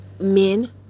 men